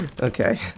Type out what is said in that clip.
Okay